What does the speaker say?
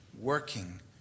working